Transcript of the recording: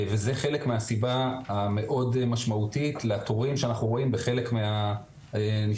וזה חלק מהסיבה המאוד משמעותית לתורים שאנחנו רואים בחלק מהניתוחים,